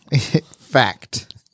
Fact